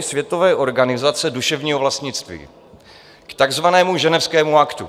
Světové organizace duševního vlastnictví, k takzvanému Ženevskému aktu.